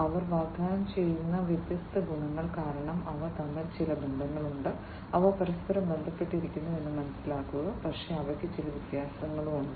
അവർ വാഗ്ദാനം ചെയ്യുന്ന വ്യത്യസ്ത ഗുണങ്ങൾ കാരണം അവ തമ്മിൽ ചില ബന്ധങ്ങളുണ്ട് അവ പരസ്പരം ബന്ധപ്പെട്ടിരിക്കുന്നു പക്ഷേ അവയ്ക്ക് ചില വ്യത്യസ്ത വ്യത്യാസങ്ങളുണ്ട്